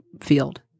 field